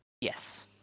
Yes